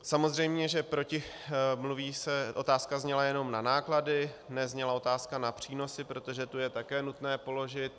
Samozřejmě, že proti mluví otázka zněla jenom na náklady, nezněla otázka na přínosy, protože tu je také nutné položit.